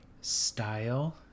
style